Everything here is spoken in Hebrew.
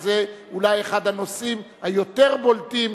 זה אולי אחד הנושאים היותר-בולטים